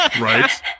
Right